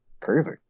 Crazy